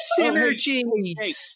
Synergy